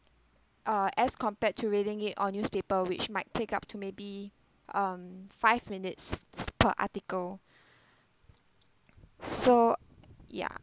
uh as compared to reading it on newspaper which might take up to maybe um five minutes per article so ya